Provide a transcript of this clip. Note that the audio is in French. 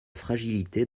fragilité